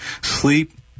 sleep